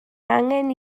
angen